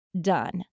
done